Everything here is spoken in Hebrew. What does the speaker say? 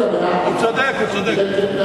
הוא צודק, הוא